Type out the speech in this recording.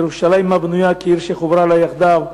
ירושלם הבנויה כעיר שחברה לה יחדו",